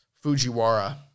Fujiwara